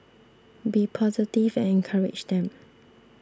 be positive and encourage them